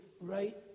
right